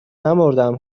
نمـردم